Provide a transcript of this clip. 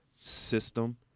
system